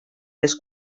les